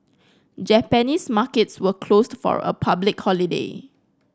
Japanese markets were closed for a public holiday